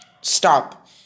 Stop